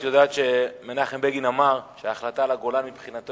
את יודעת שמנחם בגין אמר שההחלטה על הגולן מבחינתו